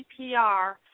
CPR